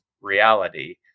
reality